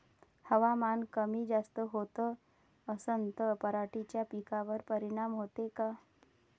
हवामान कमी जास्त होत असन त पराटीच्या पिकावर परिनाम होते का?